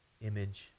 image